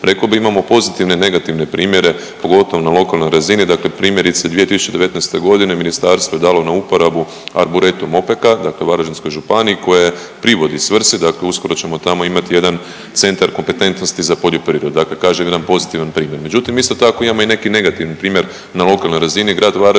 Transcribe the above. Rekao bih da imamo i pozitivne i negativne primjere, pogotovo na lokalnoj razini, dakle primjerice, 2019. g. ministarstvo je dalo na uporabu Arboretum opeka, dakle Varaždinskoj županiji koja privodi svrsi, dakle uskoro ćemo tamo imati jedan centar kompetentnosti za poljoprivredu, dakle kažem jedan pozitivan primjer. Međutim, isto tako imamo i neki negativni primjer na lokalnoj razini, grad Varaždin je